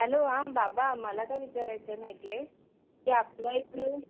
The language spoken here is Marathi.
हॅलो हां बाबा मला काय विचारायचं आहे माहिती आहे की आपलं इथून